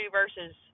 verses